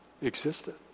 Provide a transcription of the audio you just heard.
existed